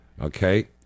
Okay